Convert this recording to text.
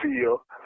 feel